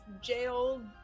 jail